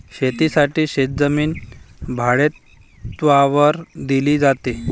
शेतीसाठी शेतजमीन भाडेतत्त्वावर दिली जाते